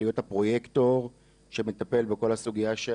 להיות הפרויקטור שמטפל בכל הסוגייה הזאת,